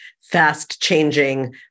fast-changing